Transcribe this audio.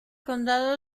condado